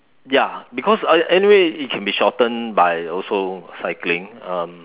ya because I anyway it can be shortened by also cycling um